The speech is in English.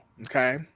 okay